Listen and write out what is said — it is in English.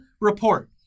report